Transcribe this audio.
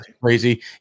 crazy